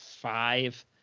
five